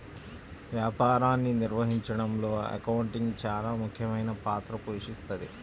వ్యాపారాన్ని నిర్వహించడంలో అకౌంటింగ్ చానా ముఖ్యమైన పాత్ర పోషిస్తది